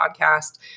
podcast